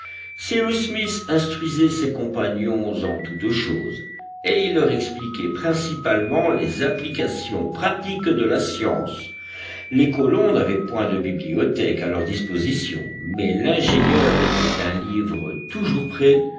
smith instruisait ses compagnons en toutes choses et il leur expliquait principalement les applications pratiques de la science les colons n'avaient point de bibliothèque à leur disposition mais l'ingénieur était un livre toujours prêt